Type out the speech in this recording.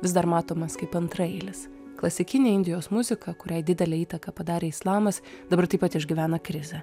vis dar matomas kaip antraeilis klasikinė indijos muzika kuriai didelę įtaką padarė islamas dabar taip pat išgyvena krizę